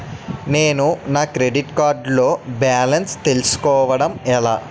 నేను నా credit card లో బాలన్స్ తెలుసుకోవడం ఎలా?